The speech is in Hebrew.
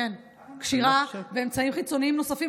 קשירה ואמצעים חיצוניים נוספים.